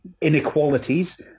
inequalities